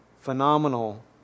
phenomenal